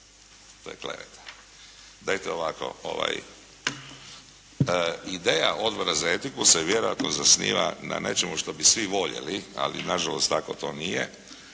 To je kleveta. Gledajte ovako. Ideja Odbora za etiku se vjerojatno zasniva na nečemu što bi svi voljeli, ali na žalost tako to nije,